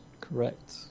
Correct